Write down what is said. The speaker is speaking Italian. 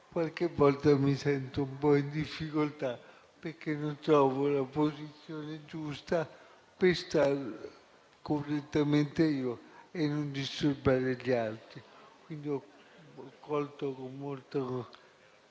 qualche volta mi sento un po' in difficoltà, perché non trovo la posizione giusta per stare correttamente io e non disturbare gli altri. Quindi, ho colto con molto